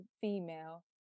female